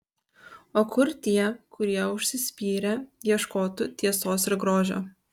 o kur tie kurie užsispyrę ieškotų tiesos ir grožio